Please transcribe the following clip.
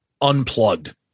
unplugged